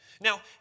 Now